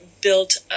built